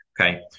okay